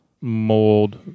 mold